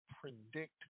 predict